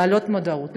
להעלות מודעות,